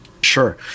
Sure